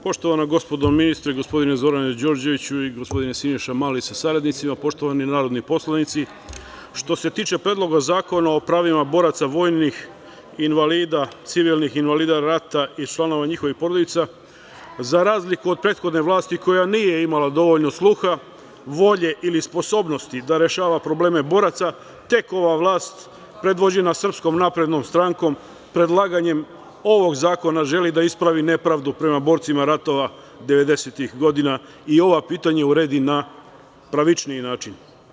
Poštovani, gospodo ministri, gospodine Zorane Đorđeviću i gospodine Siniša Mali, sa saradnicima, poštovani narodni poslanici, što se tiče Predloga zakona o pravima boraca vojnih invalida, civilnih invalida rata i članova njihovih porodica, za razliku od prethodne vlasti, koja nije imala dovoljno sluha, volje ili sposobnosti da rešava probleme boraca, tek ova vlast, predvođena SNS, predlaganjem ovog zakona želi da ispravi nepravdu prema borcima ratova devedesetih godina i ova pitanja uredi na pravičniji način.